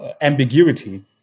ambiguity